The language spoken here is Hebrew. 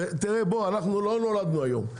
תראה בוא אנחנו לא נולדנו היום,